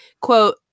quote